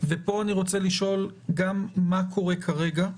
מה קורה כרגע?